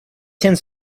tends